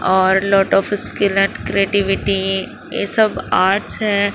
اور lot of skill and creativity یہ سب آرٹس ہیں